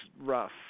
rough